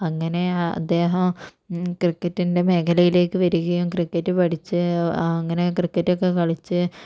അങ്ങനെ അദ്ദേഹം ക്രിക്കറ്റിൻ്റെ മേഖലയിലേക്ക് വരികയും ക്രിക്കറ്റ് പഠിച്ച് അങ്ങനെ ക്രിക്കറ്റൊക്കെ കളിച്ച്